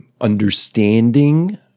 understanding